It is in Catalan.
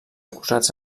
acusats